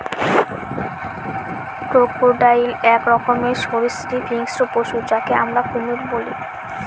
crocodile এক রকমের সরীসৃপ হিংস্র পশু যাকে আমরা কুমির বলি